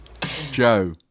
Joe